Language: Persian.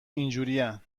اینجورین